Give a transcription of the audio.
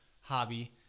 hobby